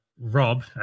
Rob